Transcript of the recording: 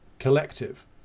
Collective